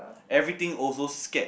everything also scared